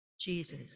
jesus